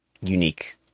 unique